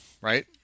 right